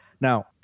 now